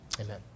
Amen